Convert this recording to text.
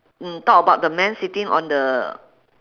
mm talk about the man sitting on the